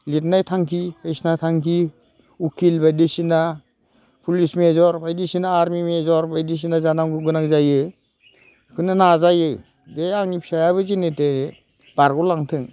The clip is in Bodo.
लिरनाय थांखि बायदिसिना थांखि उकिल बायदिसिना पुलिस मेजर बायदिसिना आरमि मेजर बायदिसिना जानांगौ गोनां जायो बेखौनो नाजायो जे आंनि फिसायाबो जेनोथे बारग' लांथों